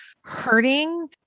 hurting